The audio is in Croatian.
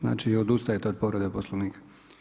Znači odustajete od povrede Poslovnika.